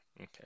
Okay